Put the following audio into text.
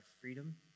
freedom